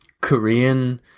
Korean